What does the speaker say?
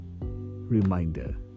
Reminder